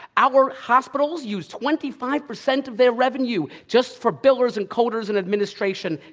our hospitals use twenty five percent of their revenue just for billers and coders and administration,